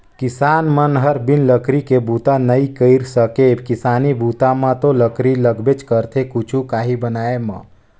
किसान मन हर बिन लकरी के बूता नइ कर सके किसानी बूता म तो लकरी लगबे करथे कुछु काही बनाय म